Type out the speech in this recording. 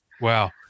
wow